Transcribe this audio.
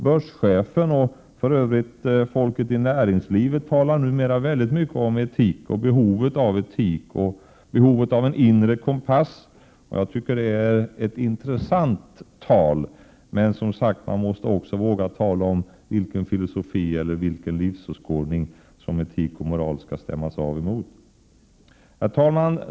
Börschefen och för övrigt folket i näringslivet talar numera mycket om etik, behovet av etik och behovet av en inre kompass. Jag tycker att det är ett intressant tal. Men, som sagt, man måste också våga tala om vilken filosofi eller vilken livsåskådning som etik och moral skall stämmas av emot.